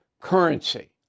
currency